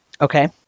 Okay